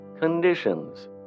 conditions